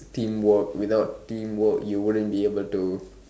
teamwork without teamwork you wouldn't be able to